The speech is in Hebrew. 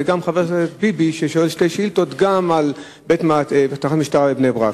וגם חבר הכנסת ביבי שואל שתי שאילתות גם על תחנת משטרה בבני-ברק.